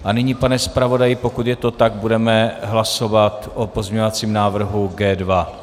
A nyní, pane zpravodaji, pokud je to tak, budeme hlasovat o pozměňovacím návrhu G2.